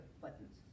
buttons